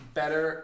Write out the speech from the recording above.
better